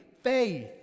Faith